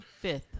Fifth